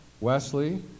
Wesley